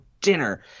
dinner